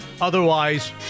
Otherwise